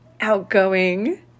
outgoing